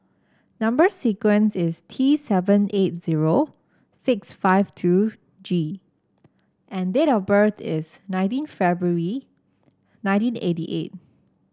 number sequence is T seven eight zero six five two G and date of birth is nineteen February nineteen eighty eight